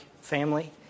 family